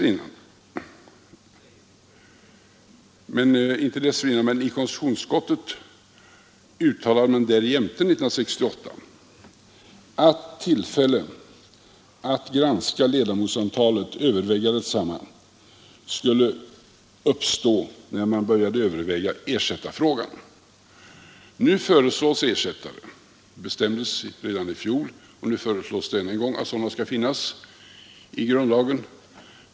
I konstitutionsutskottet uttalade man därjämte 1968 att tillfälle att överväga ledamotsantalet skulle uppstå när man började överväga ersättarfrågan. Nu föreslås ersättare; det bestämdes redan i fjol och nu föreslås det än en gång att sådana skall finnas enligt grundlagen.